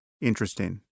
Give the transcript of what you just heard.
interesting